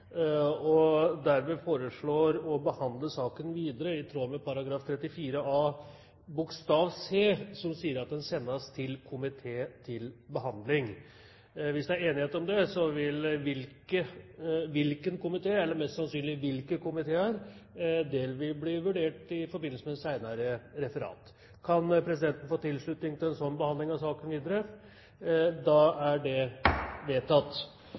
foreslår dermed å behandle saken videre i tråd med forretningsordenens § 34 a bokstav c, som sier at den sendes til komité til behandling. Hvis det er enighet om det, vil hvilken komité eller, mest sannsynlig, hvilke komiteer, bli vurdert i forbindelse med senere referat. Kan presidenten få tilslutning til en slik behandling av saken videre? – Det anses vedtatt.